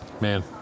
Man